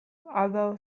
other